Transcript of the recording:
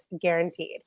guaranteed